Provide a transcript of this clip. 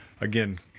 again